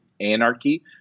anarchy